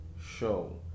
show